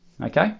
okay